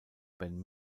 ben